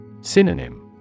Synonym